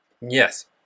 Yes